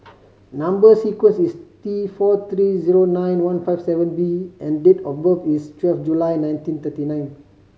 number sequence is T four three zero nine one five seven B and date of birth is twelve July nineteen thirty nine